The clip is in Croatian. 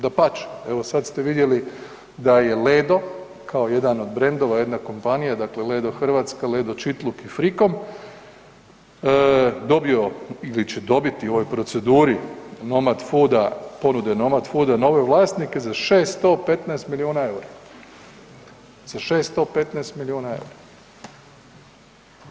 Dapače, evo sad ste vidjeli da je „Ledo“ kao jedan od brendova, jedna kompanija, dakle „Ledo Hrvatska“, „Ledo Čitluk“ i „Frikom“ dobio ili će dobiti u ovoj proceduri „Nomad Foodsa“, ponude „Nomad Foodsa“ nove vlasnike za 615 milijuna EUR-a, za 615 milijuna EUR-a.